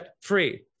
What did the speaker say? free